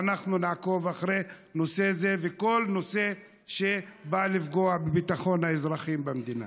ואנחנו נעקוב אחרי נושא זה וכל נושא שבא לפגוע בביטחון האזרחים במדינה.